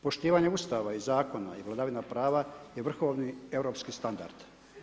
Poštivanje Ustava i Zakona i vladavina prava je vrhovni europski standard.